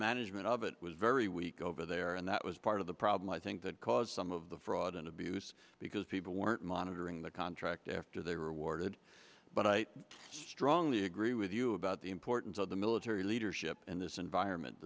management of it was very weak over there and that was part of the problem i think that caused some of the fraud and abuse because weren't monitoring the contract after they were awarded but i strongly agree with you about the importance of the military leadership in this environment